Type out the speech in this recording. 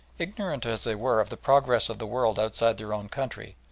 ignorant as they were of the progress of the world outside their own country,